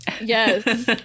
Yes